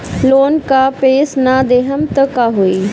Loan का पैस न देहम त का होई?